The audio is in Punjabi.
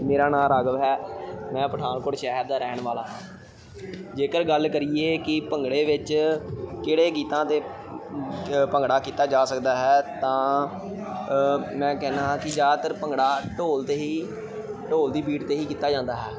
ਮੇਰਾ ਨਾਮ ਰਾਘਵ ਹੈ ਮੈਂ ਪਠਾਨਕੋਟ ਸ਼ਹਿਰ ਦਾ ਰਹਿਣ ਵਾਲਾ ਹਾਂ ਜੇਕਰ ਗੱਲ ਕਰੀਏ ਕਿ ਭੰਗੜੇ ਵਿੱਚ ਕਿਹੜੇ ਗੀਤਾਂ 'ਤੇ ਭੰਗੜਾ ਕੀਤਾ ਜਾ ਸਕਦਾ ਹੈ ਤਾਂ ਮੈਂ ਕਹਿੰਦਾ ਹਾਂ ਕਿ ਜ਼ਿਆਦਾਤਰ ਭੰਗੜਾ ਢੋਲ 'ਤੇ ਹੀ ਢੋਲ ਦੀ ਬੀਟ 'ਤੇ ਹੀ ਕੀਤਾ ਜਾਂਦਾ ਹੈ